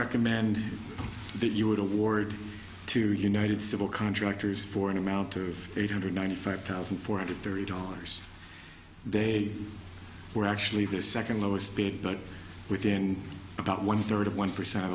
recommend that you wouldn't word to united civil contractors for an amount of eight hundred ninety five thousand four hundred thirty dollars they were actually the second lowest bid not within about one third of one percent of